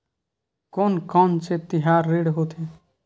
कोन कौन से तिहार ऋण होथे?